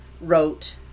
wrote